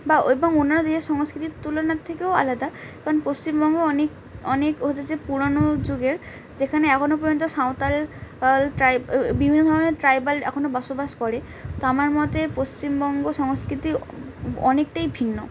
বা এবং অন্য দেশের সংস্কৃতির তুলনার থেকেও আলাদা কারণ পশ্চিমবঙ্গ অনেক অনেক হচ্ছে যে পুরানো যুগের যেখানে এখনো পর্যন্ত সাঁওতাল ট্রাইব বিভিন্ন ধরনের ট্রাইবাল এখনও বসবাস করে তো আমার মতে পশ্চিমবঙ্গ সংস্কৃতি অনেকটাই ভিন্ন